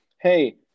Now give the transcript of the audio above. hey –